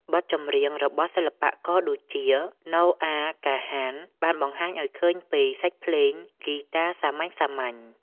បទចម្រៀងរបស់សិល្បករដូចជា ណូអា កាហាន បានបង្ហាញឱ្យឃើញពី សាច់ភ្លេងហ្គីតាសាមញ្ញៗ។